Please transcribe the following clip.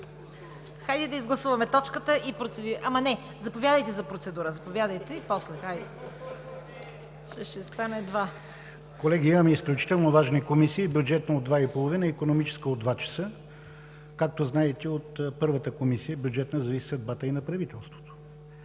Колеги, имаме изключително важни комисии – Бюджетна от 14,30 ч. и Икономическа от 14,00 ч. Както знаете, от първата комисия – Бюджетната, зависи съдбата и на правителството.